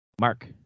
Mark